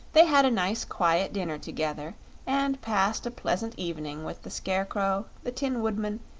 they had a nice quiet dinner together and passed a pleasant evening with the scarecrow, the tin woodman,